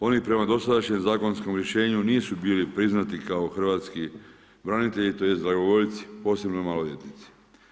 Oni prema dosadašnjem zakonskom rješenju nisu bili priznati kao hrvatski branitelji tj. dragovoljci, posebno maloljetnici.